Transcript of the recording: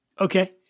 Okay